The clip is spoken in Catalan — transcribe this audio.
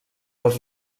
els